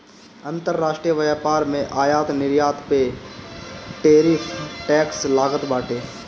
अंतरराष्ट्रीय व्यापार में आयात निर्यात पअ टैरिफ टैक्स लागत बाटे